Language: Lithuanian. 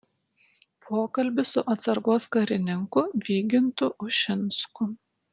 pokalbis su atsargos karininku vygintu ušinsku